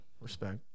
Respect